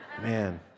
Man